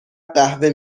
قهوه